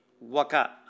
Waka